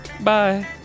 Bye